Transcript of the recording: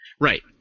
Right